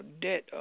debt